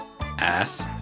ass